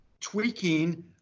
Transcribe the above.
tweaking